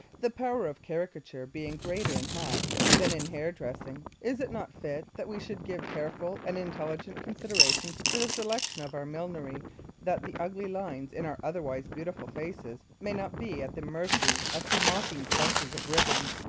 the power of caricature being greater in hats than in hair-dressing, is it not fit that we should give careful and intelligent consideration to the selection of our millinery that the ugly lines in our otherwise beautiful faces may not be at the mercy of mocking bunches of ribbons,